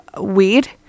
weed